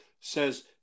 says